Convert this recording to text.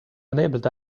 enabled